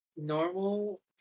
Normal